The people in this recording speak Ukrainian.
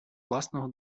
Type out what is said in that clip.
власного